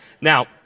Now